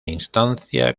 instancia